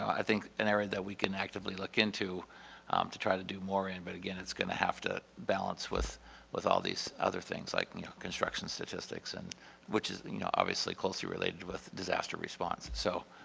i think, an area that we can actively look into to try to do more in, but again, it's going to have to balance with with all these other things like construction statistics and which is you know obviously closely related with disaster response. so